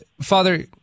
Father